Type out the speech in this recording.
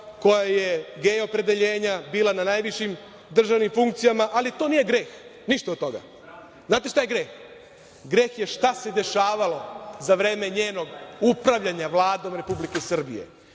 koja je gej opredeljenja, bila na najvišim državnim funkcijama, ali to nije greh, ništa od toga. Znate šta je greh? Greh je šta se dešavalo za vreme njenog upravljanja Vladom Republike Srbije